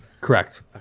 correct